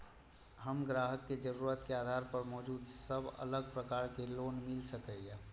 हम ग्राहक के जरुरत के आधार पर मौजूद सब अलग प्रकार के लोन मिल सकये?